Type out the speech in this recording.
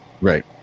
Right